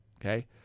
Okay